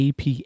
AP